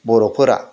बर'फोरा